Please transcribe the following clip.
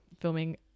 filming